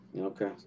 Okay